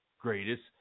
greatest